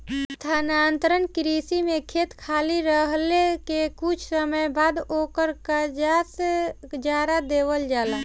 स्थानांतरण कृषि में खेत खाली रहले के कुछ समय बाद ओकर कंजास जरा देवल जाला